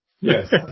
Yes